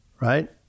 right